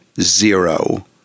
zero